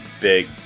big